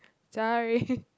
sorry